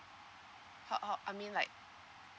how how I mean like